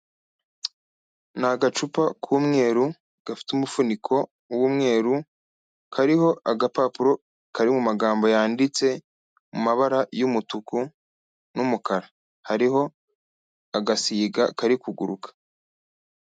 Ni agacupa k'umweru gafite umufuniko w'umweru, kariho agapapuro kari mu magambo yanditse mu mabara y'umutuku n'umukara, hariho agasiga kari kuguruka.